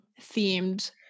themed